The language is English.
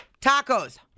Tacos